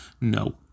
No